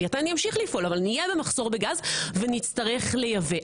לוויתן ימשיך לפעול אבל נהיה במחסור בגז ונצטרך לייבא.